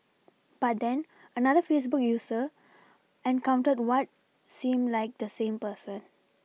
but then another Facebook user encountered what seemed like the same person